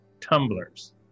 tumblers